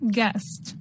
Guest